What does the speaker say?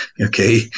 Okay